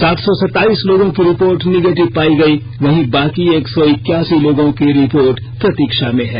सात सौ सताइस लोगों की रिपोर्ट नेगेटिव पायी गई वहीं बाकी एक सौ इकासी लोगों की रिपोर्ट प्रतीक्षा में है